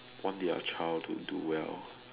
want their child to do well